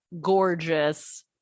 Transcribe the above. gorgeous